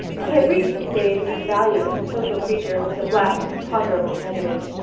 he had reached the stage where his value as a social creature was a black and imponderable negative.